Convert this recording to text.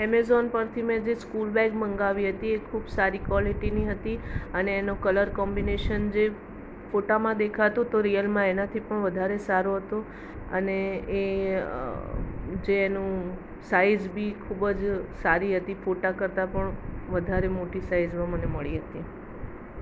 Amazon પરથી મેં જે સ્કૂલબેગ મગાવી હતી એ ખૂબ સારી ક્વૉલિટીની હતી અને એનો કલર કોમ્બીનેસન જે ફોટામાં દેખાતું હતું રિયલમાં એનાથી પણ વાધારે સારું હતું અને એ જે એનું સાઈઝ બી ખૂબ જ સારી હતી ફોટા કરતાં પણ વધારે મોટી સાઈઝમાં મને મળી હતી